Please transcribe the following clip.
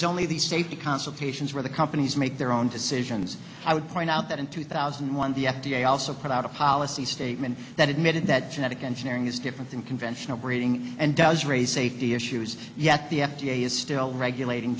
there's only these safety consultations where the companies make their own decisions i would point out that in two thousand and one the f d a also put out a policy statement that admitted that genetic engineering is different than conventional breeding and does raise safety issues yet the f d a is still regulating